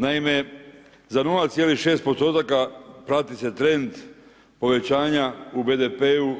Naime, za 0,6% prati se trend povećanja u BDP-u